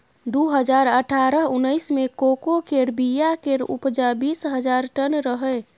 दु हजार अठारह उन्नैस मे कोको केर बीया केर उपजा बीस हजार टन रहइ